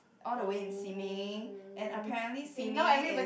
all the way in Simei and apparently Simei is